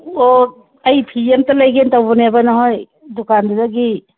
ꯑꯣ ꯑꯩ ꯐꯤ ꯑꯃꯠꯇ ꯂꯩꯒꯦ ꯇꯧꯕꯅꯦ ꯅꯈꯣꯏ ꯗꯨꯀꯥꯟꯗꯨꯗꯒꯤ